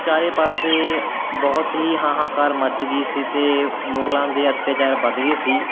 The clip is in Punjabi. ਚਾਰੇ ਪਾਸੇ ਬਹੁਤ ਹੀ ਹਾਹਾਕਾਰ ਮੱਚ ਗਈ ਸੀ ਅਤੇ ਮੁਗਲਾਂ ਦੇ ਅੱਤਿਆਚਾਰ ਵਧ ਗਏ ਸੀ